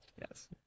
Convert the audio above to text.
Yes